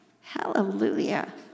Hallelujah